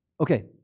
Okay